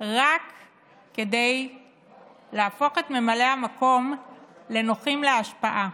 רק כדי להפוך את ממלאי המקום לנוחים להשפעה,